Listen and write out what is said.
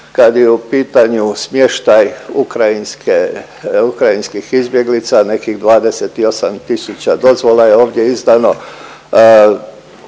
kad je u pitanju smještaj ukrajinske, ukrajinskih izbjeglica nekih 28 tisuća dozvola je ovdje izdano,